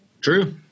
True